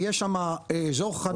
יש שם אזור חניה.